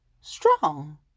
strong